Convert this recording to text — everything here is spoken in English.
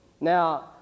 Now